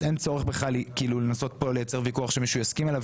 אז אין צורך לנסות לייצר ויכוח שמישהו יסכים עליו